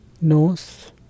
nose